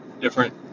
different